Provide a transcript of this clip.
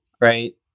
right